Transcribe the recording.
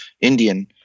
Indian